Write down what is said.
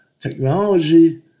Technology